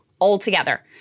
altogether